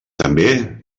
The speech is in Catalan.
també